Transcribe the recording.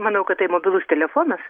maniau kad tai mobilus telefonas